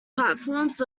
platforms